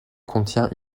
contient